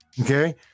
okay